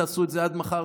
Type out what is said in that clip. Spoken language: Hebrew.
תעשו את זה עד מחר.